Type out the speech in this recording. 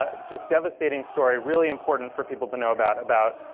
ah just devastating story, really important for people to know about, about